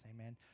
Amen